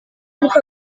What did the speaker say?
niko